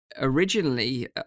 Originally